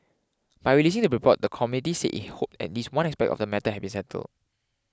by releasing the report the committee said it hoped at least one aspect of the matter had been settle